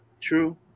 True